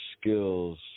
skills